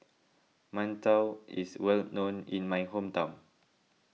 Mantou is well known in my hometown